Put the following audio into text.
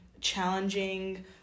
challenging